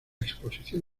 exposición